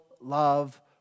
love